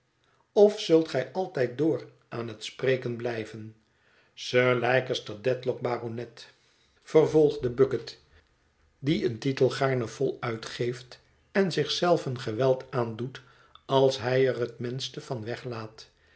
of zult gij altijd door aan het spreken blijven sir leicester dedlock baronet vervolgde bucket die een titel gaarne voluit geeft en zich zelven geweld aandoet als hij er het minste van weglaat